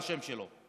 על השם שלו.